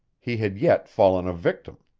he had yet fallen a victim.